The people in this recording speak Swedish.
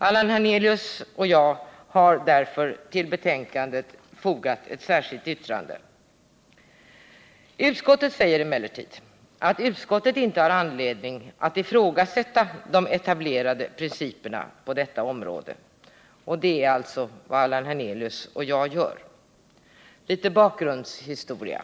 Allan Hernelius och jag har därför i ett särskilt yttrande krävt en översyn av dessa fördelningsregler. Utskottet säger emellertid att utskottet inte har anledning ifrågasätta de etablerade principerna på detta område, något som således Allan Hernelius och jag gör i vårt särskilda yttrande.